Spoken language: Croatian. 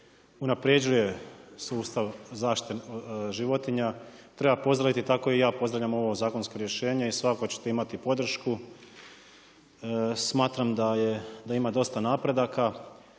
unapređuje sustav zaštite životinja treba pozdraviti, tako i ja pozdravljam ovo zakonsko rješenje i svakako ćete imati podršku. Smatram da je, da ima dosta napredaka,